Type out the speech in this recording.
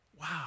Wow